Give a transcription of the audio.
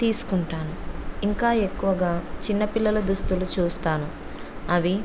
తీసుకుంటాను ఇంకా ఎక్కువగా చిన్నపిల్లల దుస్తులు చూస్తాను అవి